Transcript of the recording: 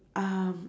um